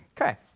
Okay